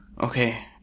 Okay